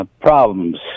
problems